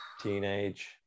teenage